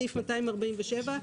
בסעיף 247,